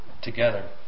together